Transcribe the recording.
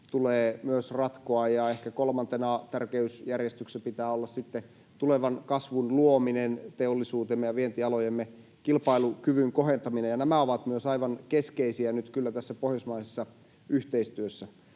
tulee myös ratkoa, ja ehkä kolmantena tärkeysjärjestyksessä pitää olla sitten tulevan kasvun luominen, teollisuutemme ja vientialojemme kilpailukyvyn kohentaminen, ja nämä ovat myös aivan keskeisiä nyt kyllä tässä pohjoismaisessa yhteistyössä.